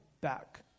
back